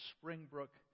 Springbrook